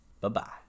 Bye-bye